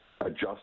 adjust